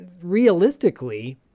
realistically